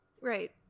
Right